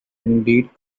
indeed